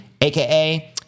AKA